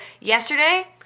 yesterday